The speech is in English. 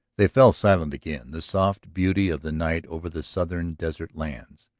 they fell silent again. the soft beauty of the night over the southern desert lands.